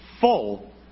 full